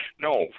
No